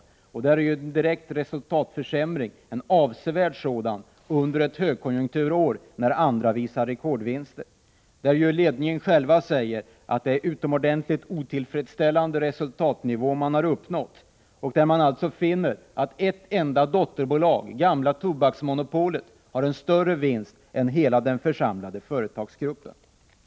Där har det skett en direkt resultatförsämring, en avsevärd sådan, under ett högkonjunkturår, där andra företag visar rekordvinster. Ledningen säger själv att man har nått utomordentligt otillfredsställande resultatnivå. Ett enda dotterbolag, gamla Tobaksmonopolet, ger större vinst än hela den församlade företagsgruppen.